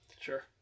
Sure